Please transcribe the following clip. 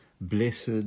blessed